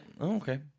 okay